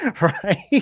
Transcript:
right